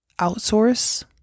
outsource